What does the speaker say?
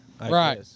Right